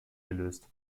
gelöst